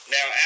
Now